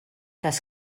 les